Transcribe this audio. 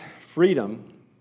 freedom